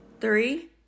Three